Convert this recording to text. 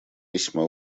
весьма